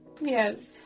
Yes